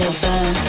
burn